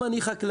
אם אני חקלאי,